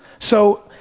so,